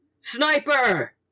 Sniper